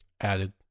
Added